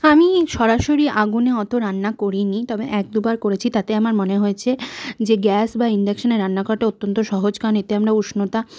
আমি সরাসরি আগুনে অত রান্না করিনি তবে এক দু বার করেছি তাতে আমার মনে হয়েছে যে গ্যাস বা ইন্ডাকশনে রান্না করাটা অত্যন্ত সহজ কারণ এতে আমরা উষ্ণতা